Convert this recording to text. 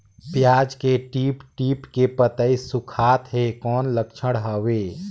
पियाज के टीप टीप के पतई सुखात हे कौन लक्षण हवे?